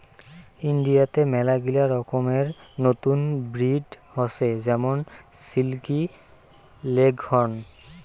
ইন্ডিয়াতে মেলাগিলা রকমের নতুন ব্রিড হসে যেমন সিল্কি, লেগহর্ন